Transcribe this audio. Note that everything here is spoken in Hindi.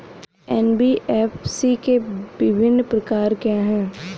एन.बी.एफ.सी के विभिन्न प्रकार क्या हैं?